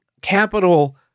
capital